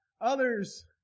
others